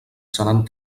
seran